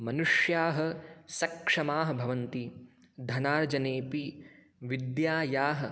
मनुष्याः सक्षमाः भवन्ति धनार्जनेऽपि विद्यायाः